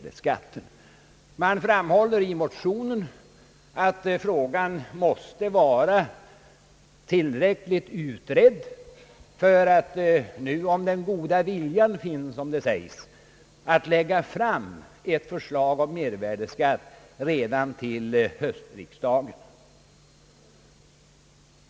Det framhålles att frågan måste vara tillräckligt utredd, om nu den goda viljan finns, som det sägs, att lägga fram ett förslag om medvärdeskatt redan till höstriksdagen.